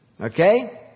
Okay